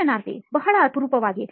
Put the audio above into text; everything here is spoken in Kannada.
ಸಂದರ್ಶನಾರ್ಥಿ ಬಹಳ ಅಪರೂಪವಾಗಿ